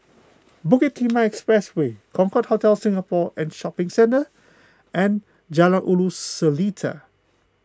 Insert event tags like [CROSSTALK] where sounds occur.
Bukit [NOISE] Timah Expressway Concorde Hotel Singapore and Shopping Centre and Jalan Ulu Seletar